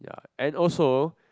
and also